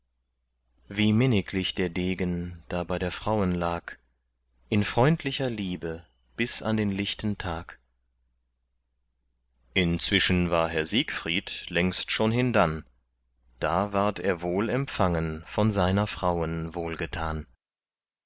wie minniglich der degen da bei der frauen lag in freundlicher liebe bis an den lichten tag inzwischen war herr siegfried längst schon hindann da ward er wohl empfangen von seiner frauen